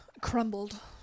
Crumbled